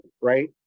right